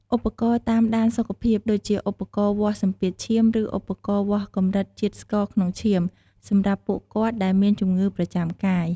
ឧបករណ៍តាមដានសុខភាព ដូចជាឧបករណ៍វាស់សម្ពាធឈាម ឬឧបករណ៍វាស់កម្រិតជាតិស្ករក្នុងឈាម សម្រាប់ពួកគាត់ដែលមានជំងឺប្រចាំកាយ។